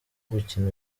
gukina